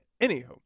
Anywho